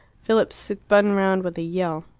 philip spun round with a yell.